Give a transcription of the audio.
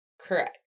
Correct